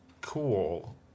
cool